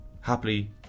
happily